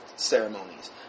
ceremonies